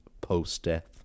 post-death